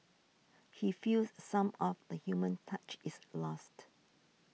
he feels some of the human touch is lost